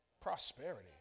Prosperity